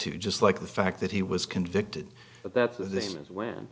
to just like the fact that he was convicted but that's the same as when